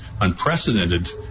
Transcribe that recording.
unprecedented